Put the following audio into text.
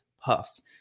puffs